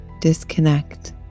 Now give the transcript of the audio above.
Disconnect